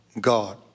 God